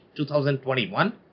2021